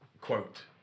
quote